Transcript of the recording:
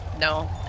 no